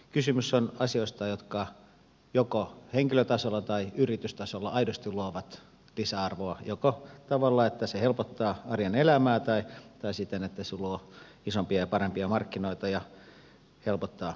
kysymys on asioista jotka joko henkilötasolla tai yritystasolla aidosti luovat lisäarvoa joko niin että se helpottaa arjen elämää tai siten että se luo isompia ja parempia markkinoita ja helpottaa byrokratiassa